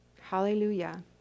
Hallelujah